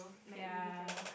ya